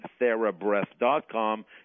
therabreath.com